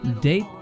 Date